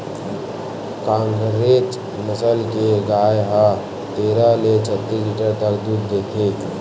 कांकरेज नसल के गाय ह तेरह ले छत्तीस लीटर तक दूद देथे